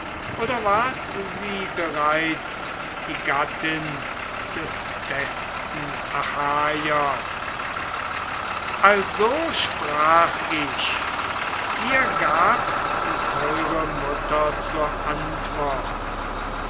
oder ward sie bereits die gattin des besten achaiers also sprach ich mir gab die teure mutter zur antwort